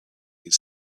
his